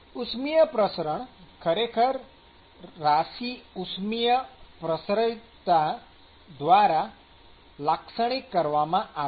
ઉષ્મિય પ્રસરણ ખરેખર રાશિ ઉષ્મિય પ્રસારિતતા દ્વારા લાક્ષણિક કરવામાં આવે છે